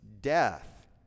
death